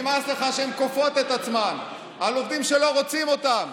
נמאס לך שהן כופות את עצמן על עובדים שלא רוצים אותן,